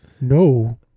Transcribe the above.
No